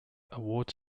awards